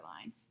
line